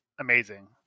amazing